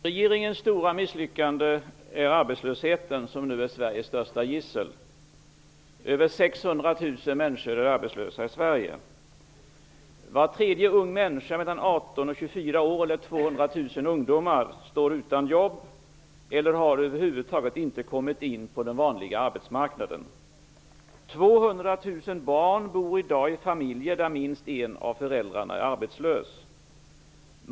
Herr talman! Regeringens stora misslyckande är arbetslösheten. Den är nu Sveriges största gissel. Över 600 000 människor är arbetslösa i Sverige. Var tredje ung människa mellan 18 och 24 år -- eller 200 000 ungdomar -- står utan jobb eller har över huvud taget inte kommit in på den vanliga arbetsmarknaden. 200 000 barn bor i dag i familjer där minst en av föräldrarna är arbetslös.